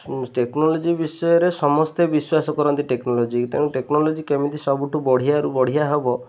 technology ବିଷୟରେ ସମସ୍ତେ ବିଶ୍ୱାସ କରନ୍ତି ଟେକ୍ନୋଲୋଜି କି ତେଣୁ ଟେକ୍ନୋଲୋଜି କେମିତି ସବୁଠୁ ବଢ଼ିଆାରୁ ବଢ଼ିଆ ହେବ